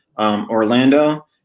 Orlando